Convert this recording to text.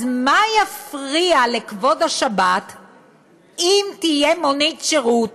אז מה יפריע לכבוד השבת אם תהיה מונית שירות